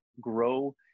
grow